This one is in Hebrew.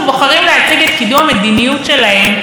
הם בוחרים להציג את קידום המדיניות שלהם,